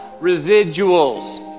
residuals